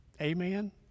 amen